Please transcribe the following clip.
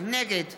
נגד